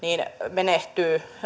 menehtyy